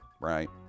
right